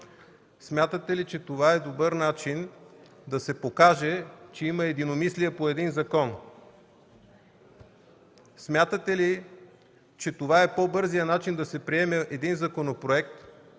Смятате ли, че това е добър начин да се покаже, че има единомислие по един закон?! Смятате ли, че това е по-бързият начин да се приеме законопроект,